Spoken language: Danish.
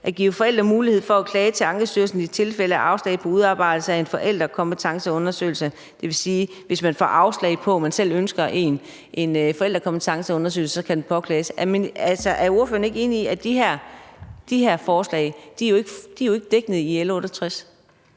at give forældre mulighed for at klage til Ankestyrelsen i tilfælde af afslag på udarbejdelse af en forældrekompetenceundersøgelse, det vil sige, når der bliver givet afslag, når man selv har ønsket en forældrekompetenceundersøgelse, heller ikke er? Er ordføreren ikke enig i, at de her forslag ikke er dækket i L 68